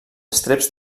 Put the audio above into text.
estreps